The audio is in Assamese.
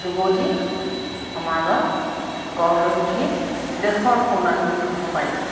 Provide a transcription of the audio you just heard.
যুৱতী সমাজত গঢ় লৈ উঠি দেশৰ সুনাগৰিক হ'ব পাৰিব